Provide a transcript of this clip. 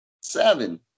seven